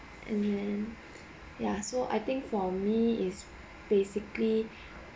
and ya so I think for me it's basically